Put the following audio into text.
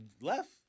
left